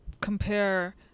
compare